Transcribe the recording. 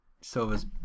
Silva's